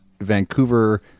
Vancouver